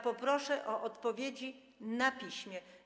Proszę o odpowiedzi na piśmie.